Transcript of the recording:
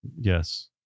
Yes